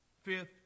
fifth